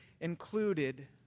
included